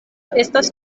estas